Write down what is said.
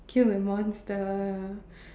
kill a monster